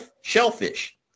shellfish